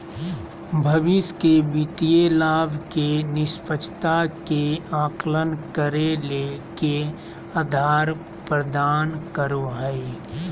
भविष्य के वित्तीय लाभ के निष्पक्षता के आकलन करे ले के आधार प्रदान करो हइ?